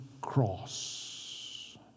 cross